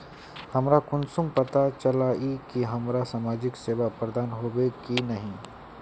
हमरा कुंसम पता चला इ की हमरा समाजिक सेवा प्रदान होबे की नहीं?